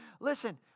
Listen